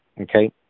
Okay